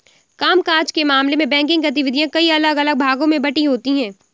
काम काज के मामले में बैंकिंग गतिविधियां कई अलग अलग भागों में बंटी होती हैं